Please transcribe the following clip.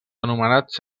anomenats